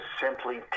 simply